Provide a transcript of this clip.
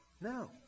No